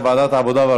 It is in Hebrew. לוועדת העבודה,